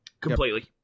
Completely